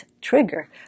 trigger